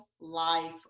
life